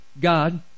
God